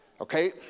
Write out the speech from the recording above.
Okay